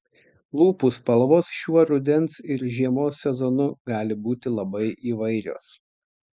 lūpų spalvos šiuo rudens ir žiemos sezonu gali būti labai įvairios